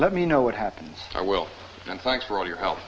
let me know what happens i will and thanks for all your he